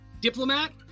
diplomat